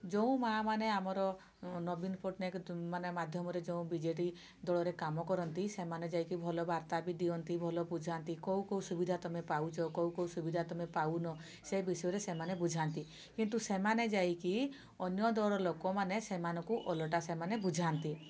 ଯଉଁ ମା' ମାନେ ଆମର ନବୀନ ପଟ୍ଟନାୟକ ମାଧ୍ୟମରେ ଯେଉଁ ବିଜେଡ଼ି ଦଳରେ କାମ କରନ୍ତି ସେମାନେ ଯାଇକି ଭଲ ବାର୍ତ୍ତା ବି ଦିଅନ୍ତି ଭଲ ବୁଝାନ୍ତି କୋଉ କୋଉ ସୁବିଧା ତୁମେ ପାଉଛ କୋଉ କୋଉ ସୁବିଧା ତୁମେ ପାଉନ ସେ ବିଷୟରେ ସେମାନେ ବୁଝାନ୍ତି କିନ୍ତୁ ସେମାନେ ଯାଇକି ଅନ୍ୟ ଦଳ ଲୋକମାନେ ସେମାନଙ୍କୁ ଓଲଟା ସେମାନେ ବୁଝାନ୍ତି